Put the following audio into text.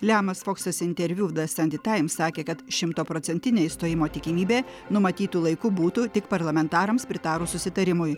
lijamas foksas interviu the sunday times sakė kad šimtaprocentinė išstojimo tikimybė numatytu laiku būtų tik parlamentarams pritarus susitarimui